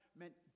meant